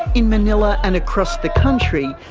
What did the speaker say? in manila and across the country,